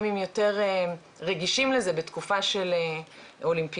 הבעיה היא לגבי ציוד הקצה שבן אדם שמסיים התקשרות עם החברה צריך להחזיר